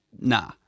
nah